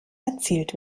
erzielt